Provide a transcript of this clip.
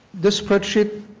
this spreadsheet